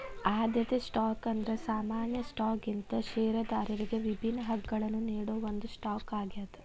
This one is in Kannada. ಆದ್ಯತೆ ಸ್ಟಾಕ್ ಅಂದ್ರ ಸಾಮಾನ್ಯ ಸ್ಟಾಕ್ಗಿಂತ ಷೇರದಾರರಿಗಿ ವಿಭಿನ್ನ ಹಕ್ಕಗಳನ್ನ ನೇಡೋ ಒಂದ್ ಸ್ಟಾಕ್ ಆಗ್ಯಾದ